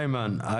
איימן,